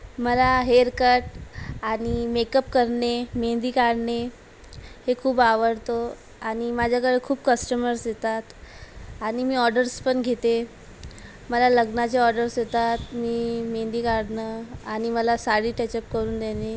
मला hair cut आणि makeup करणे मेहंदी काढणे हे खूप आवडतो आणि माझ्याकडं खूप कस्टमर्स येतात आणि मी ऑडर्स पण घेते मला लग्नाचे ऑडर्स येतात मी मेहंदी काढणं आणि मला साडी टचअप करून देणे